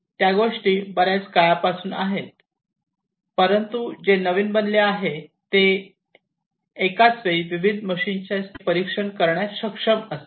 त्या गोष्टी बऱ्याच काळापासून आहेत परंतु जे नवीन बनले आहे ते एकाच वेळी विविध मशीन्सच्या स्थितीचे परीक्षण करण्यास सक्षम असेल